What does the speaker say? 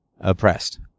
oppressed